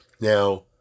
Now